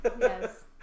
Yes